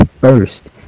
first